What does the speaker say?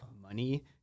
money